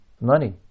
money